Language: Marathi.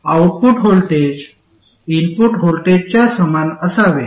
आउटपुट व्होल्टेज इनपुट व्होल्टेजच्या समान असावे